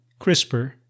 CRISPR